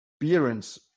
experience